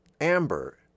amber